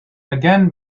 again